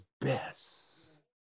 best